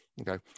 Okay